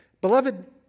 Beloved